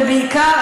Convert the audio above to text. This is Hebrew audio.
ובעיקר,